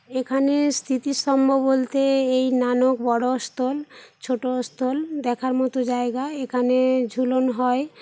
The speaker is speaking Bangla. এখানে স্মৃতি স্তম্ভ বলতে এই নানক বড় স্থল ছোটো স্থল দেখার মত জায়গা এখানে ঝুলন হয়